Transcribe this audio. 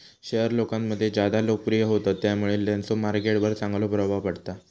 share लोकांमध्ये ज्यादा लोकप्रिय होतत त्यामुळे त्यांचो मार्केट वर चांगलो प्रभाव पडता